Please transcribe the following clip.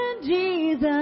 Jesus